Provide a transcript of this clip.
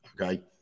okay